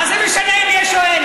מה זה משנה אם יש או אין?